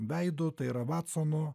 veidu tai yra vatsono